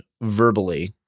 verbally